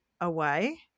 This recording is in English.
away